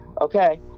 okay